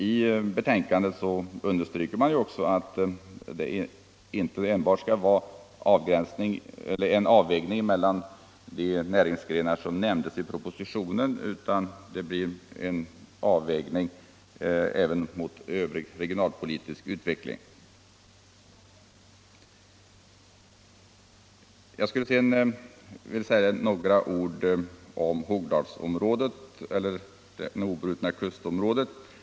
I betänkandet understryks också att det inte enbart skall vara en avvägning mellan de näringsgrenar som nämns i propositionen utan att det också skall ske en avvägning mot den regionalpolitiska utvecklingen i övrigt. Jag skulle sedan vilja säga några ord om Hogdalsområdet eller det s.k. obrutna kustområdet.